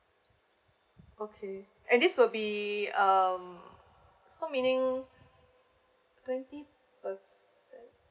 okay and this will be um so meaning maybe twenty percent